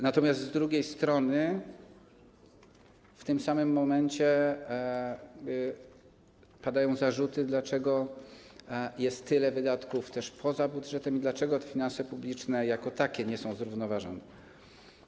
Natomiast z drugiej strony w tym samym momencie padają zarzuty, dlaczego jest tyle wydatków poza budżetem i dlaczego finanse publiczne jako takie nie są zrównoważone.